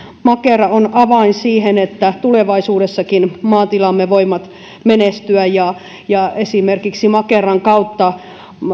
makera on avain siihen että tulevaisuudessakin maatilamme voivat menestyä ja ja esimerkiksi makeran kautta